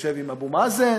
יושב עם אבו מאזן.